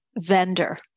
vendor